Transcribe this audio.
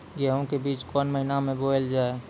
गेहूँ के बीच कोन महीन मे बोएल जाए?